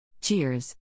Cheers